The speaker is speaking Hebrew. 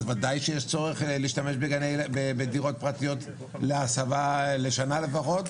ואז ודאי יש צורך להשתמש בדירות פרטיות להסבה לשנה לפחות.